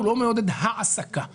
הוא לא מעודד העסקה.